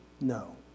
No